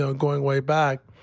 ah going way back.